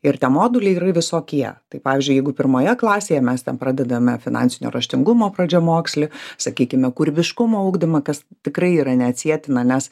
ir tie moduliai yra visokie tai pavyzdžiui jeigu pirmoje klasėje mes ten pradedame finansinio raštingumo pradžiamokslį sakykime kūrybiškumo ugdymą kas tikrai yra neatsietina nes